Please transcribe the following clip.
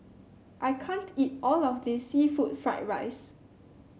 I can't eat all of this seafood Fried Rice